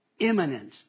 imminent